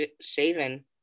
shaven